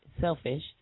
selfish